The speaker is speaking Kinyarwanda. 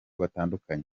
batandukanye